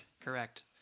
Correct